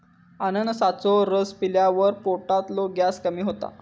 अननसाचो रस पिल्यावर पोटातलो गॅस कमी होता